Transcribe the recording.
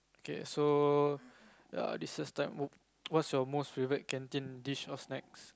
K so ya recess time what's your most favourite canteen dish or snacks